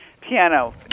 piano